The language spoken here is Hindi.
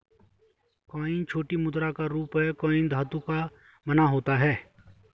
कॉइन छोटी मुद्रा का रूप है कॉइन धातु का बना होता है